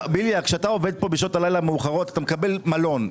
כשאתה עובד פה בשעות הלילה המאוחרות אתה מקבל מלון,